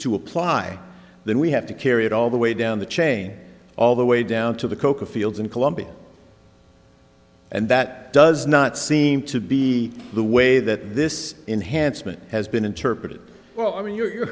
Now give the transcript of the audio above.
to apply then we have to carry it all the way down the chain all the way down to the coca fields in colombia and that does not seem to be the way that this enhanced mint has been interpreted well i mean you're you